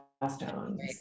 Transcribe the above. milestones